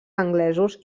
anglesos